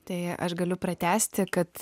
tai aš galiu pratęsti kad